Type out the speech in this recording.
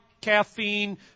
caffeine